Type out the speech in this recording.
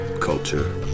culture